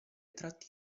tratti